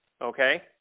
okay